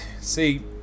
See